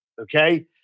okay